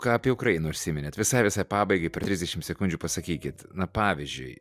ką apie ukrainą užsiminėt visai visai pabaigai per trisdešim sekundžių pasakykit na pavyzdžiui